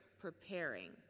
preparing